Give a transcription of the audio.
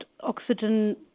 oxygen